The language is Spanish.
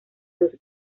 dos